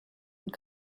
und